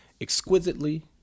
exquisitely